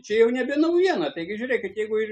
čia jau nebe naujiena taigi žiūrėkit jeigu ir